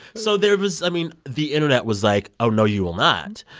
so there was i mean, the internet was like, oh, no, you will not.